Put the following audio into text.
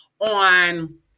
on